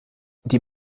die